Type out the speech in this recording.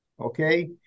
Okay